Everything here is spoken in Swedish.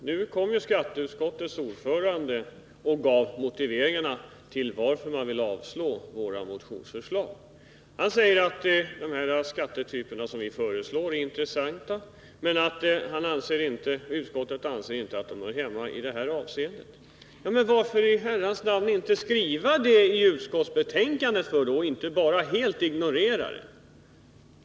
Herr talman! Skatteutskottets ordförande gav nu motiveringarna till varför man ville avslå våra motionsförslag. Han sade att de skattetyper som vi föreslagit är intressanta, men att utskottet inte har ansett att den frågan hör Nr 39 hemma i den här debatten. Onsdagen den Men varför i herrans namn inte skriva det då i utskottsbetänkandet och inte 28 november 1979 bara helt ignorera våra förslag?